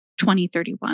2031